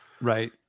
Right